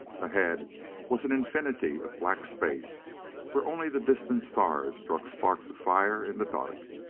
ahead was an infinity of black space where only the distant stars struck sparks of fire in the dark.